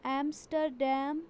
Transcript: Amsterdam